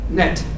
net